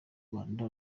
rwanda